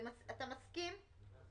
אתה מסכים?